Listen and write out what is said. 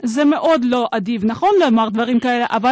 זה מאוד לא אדיב לומר דברים כאלה, נכון?